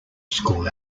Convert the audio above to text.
school